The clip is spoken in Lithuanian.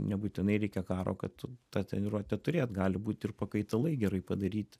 nebūtinai reikia karo kad tą treniruotę turėt gali būt ir pakaitalai gerai padaryti